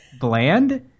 Bland